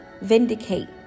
vindicate